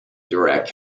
direct